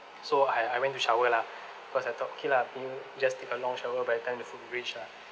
so I I went to shower lah cause I thought okay lah we'll just take a long shower by the time the food reach lah